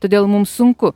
todėl mums sunku